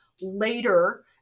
later